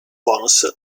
bonus